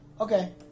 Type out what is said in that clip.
okay